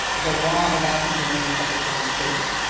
the law allowed him to remain a secretary of state.